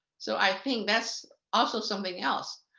so i think that's also something else.